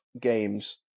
games